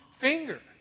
finger